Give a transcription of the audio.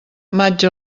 maig